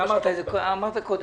אמרת קודם.